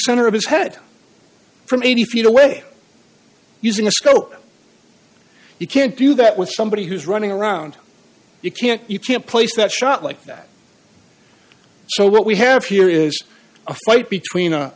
center of his head from eighty feet away using a scope you can't do that with somebody who's running around you can't you can't place that shot like that so what we have here is a fight between